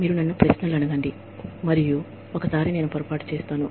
మీరు నన్ను ప్రశ్నలు అడగండి మరియు ఒకసారి నేను పొరపాటు చేస్తాను